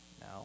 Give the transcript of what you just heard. Now